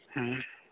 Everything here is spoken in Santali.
ᱦᱮᱸ